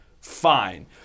fine